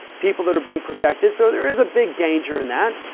people that are being protected. so there is a big danger in that.